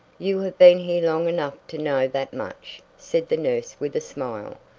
you have been here long enough to know that much, said the nurse with a smile,